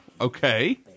Okay